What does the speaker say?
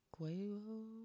Quavo